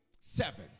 Seven